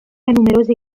numerose